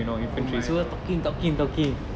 oh my god